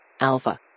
Alpha